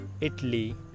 Italy